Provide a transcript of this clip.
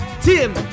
Tim